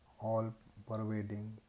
all-pervading